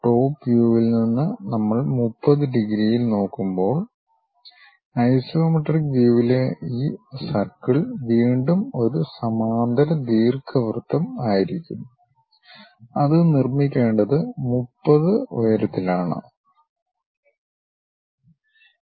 top വ്യൂവിൽ നിന്ന് നമ്മൾ 30 ഡിഗ്രി യിൽ നോക്കുമ്പോൾ ഐസോമെട്രിക് വ്യൂവിലെ ഈ സർക്കിൾ വീണ്ടും ഒരു സമാന്തര ദീർഘവൃത്തം ആയിരിക്കുംഅത് നിർമ്മിക്കേണ്ടത് 30 ഉയരത്തിൽ ആണ്